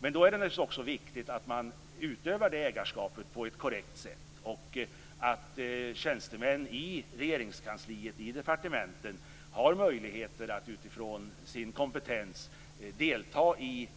Men det är naturligtvis viktigt att utöva ägarskapet på ett korrekt sätt. Tjänstemän i Regeringskansliet, i departementen, skall ha möjligheter att med utgångspunkt i deras kompetens delta i